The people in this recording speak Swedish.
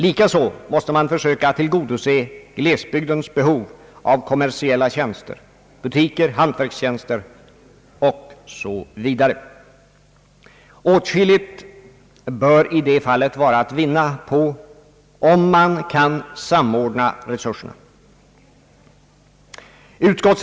Likaså mås te man försöka tillgodose glesbygdens behov av kommersiella tjänster: butiker, hantverkstjänster osv. Åtskilligt bör i det fallet vara att vinna om man kan samordna resurserna.